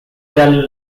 their